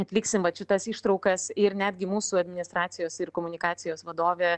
atliksim vat šitas ištraukas ir netgi mūsų administracijos ir komunikacijos vadovė